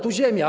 Tu Ziemia.